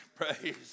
Praise